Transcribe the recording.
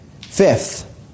Fifth